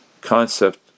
concept